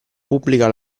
pubblica